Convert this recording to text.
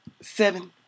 Seven